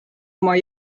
oma